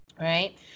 right